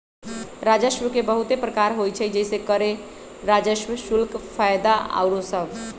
राजस्व के बहुते प्रकार होइ छइ जइसे करें राजस्व, शुल्क, फयदा आउरो सभ